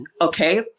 okay